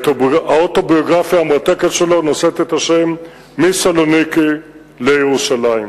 האוטוביוגרפיה המרתקת שלו נושאת את השם "מסלוניקי לירושלים".